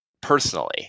personally